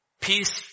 Peace